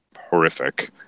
horrific